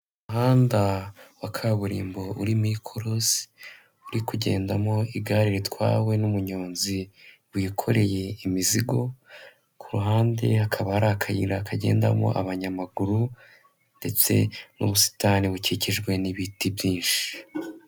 Umuhanda wa kaburimbo urimo ikorosi uri kugendamo igare ritwawe n'umuyonzi wikoreye imizigo, ku ruhande hakaba hari akayira kagendamo abanyamaguru, ndetse n'ubusitani bukikijwe n'ibiti byinshi.